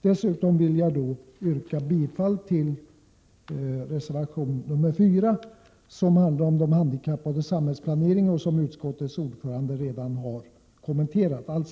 Dessutom vill jag yrka bifall till reservation 4, som handlar om de handikappade och samhällsplaneringen och som utskottets ordförande redan har kommenterat.